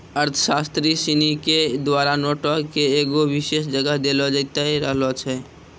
अर्थशास्त्री सिनी के द्वारा नोटो के एगो विशेष जगह देलो जैते रहलो छै